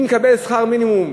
מי מקבל שכר מינימום?